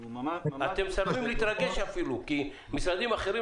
אתם מסרבים להתרגש אפילו כי משרדים אחרים,